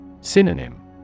Synonym